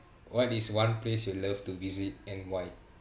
what is one place you love to visit and why